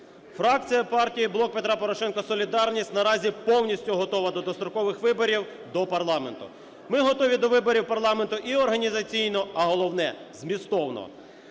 Фракція партії "Блок Петра Порошенка "Солідарність" наразі повністю готова до дострокових виборів до парламенту. Ми готові до виборів парламенту і організаційно, а головне – змістовно.